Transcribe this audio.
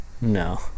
No